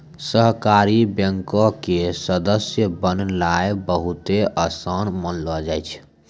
सहकारी बैंको के सदस्य बननाय बहुते असान मानलो जाय छै